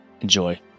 Enjoy